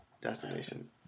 destination